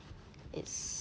it's